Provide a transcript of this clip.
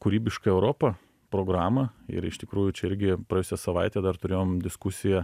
kūrybišką europą programą ir iš tikrųjų čia irgi praėjusią savaitę dar turėjom diskusiją